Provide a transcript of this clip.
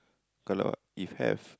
kalau if have